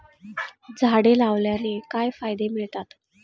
झाडे लावण्याने काय फायदे मिळतात?